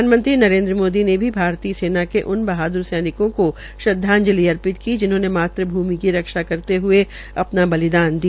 प्रधानमंत्री नरेन्द्र मोदी ने भी भारतीय सेना के उन बहादुर सैनिकों को श्रद्वाजंलि अर्पित की जिन्होंने मातृभूमि की रक्षा करते हये अपना बलिदान दिया